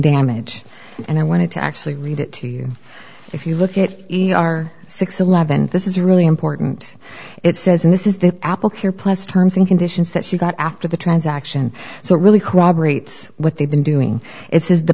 damage and i wanted to actually read it to you if you look at our six hundred and eleven dollars this is really important it says and this is the apple here plus terms and conditions that she got after the transaction so really co operates what they've been doing it says the